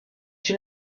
une